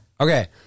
Okay